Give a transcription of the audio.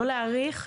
להאריך,